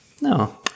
No